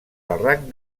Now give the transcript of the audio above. barranc